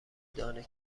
دانه